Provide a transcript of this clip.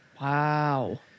Wow